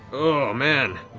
oh, man.